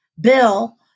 Bill